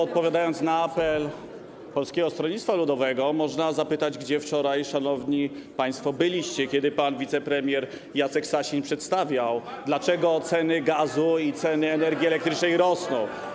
Odpowiadając na apel Polskiego Stronnictwa Ludowego, można zapytać, gdzie wczoraj szanowni państwo byliście, kiedy pan wicepremier Jacek Sasin przedstawiał, dlaczego ceny gazu i ceny energii elektrycznej rosną.